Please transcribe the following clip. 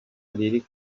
riri